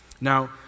Now